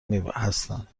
هستند